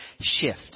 shift